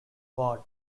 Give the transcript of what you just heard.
ward